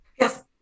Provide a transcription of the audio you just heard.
Yes